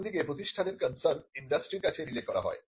অন্যদিকে প্রতিষ্ঠানের কনসার্ন ইন্ডাস্ট্রির কাছে রিলে করা হয়